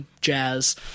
jazz